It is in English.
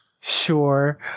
Sure